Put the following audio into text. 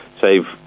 save